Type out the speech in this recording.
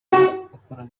ikorera